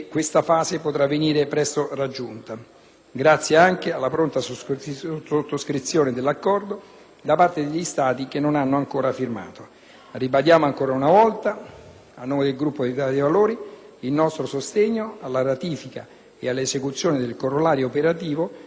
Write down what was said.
Ribadisco ancora una volta, a nome del Gruppo Italia dei Valori, il sostegno alla ratifica e all'esecuzione del corollario operativo della Convenzione di Ginevra in merito alle ispezioni su sfida.